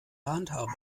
handhabe